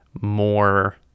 more